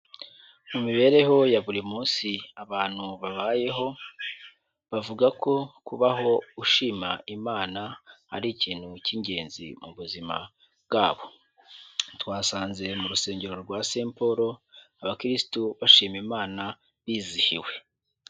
Mu mibereho ya buri munsi, abantu babayeho. Bavuga ko kubaho ushima Imana, ari ikintu cy'ingenzi mu buzima bwabo. Twasanze mu rusengero rwa Saint Paul, abakirisitu bashima Imana bizihiwe.